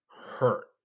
hurt